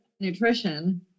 nutrition